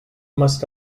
must